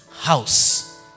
house